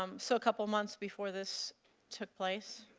um so couple of months before this took place?